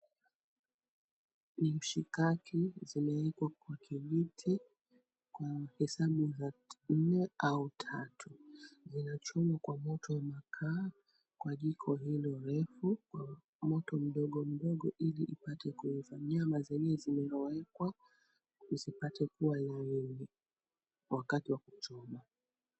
Ni mshikaki zimewekwa kwa kijiti kwa hesabu za nne au tatu. Zina chomoa kwa moto wa makaa kwa jiko hilo refu kwa moto mdogo mdogo ili ipate kuiva nyama zenyewe zimelowekwa kuzipata kuwa laini wakati wa kuchoma.